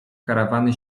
karawany